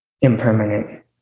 impermanent